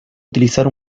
utilizar